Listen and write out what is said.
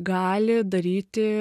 gali daryti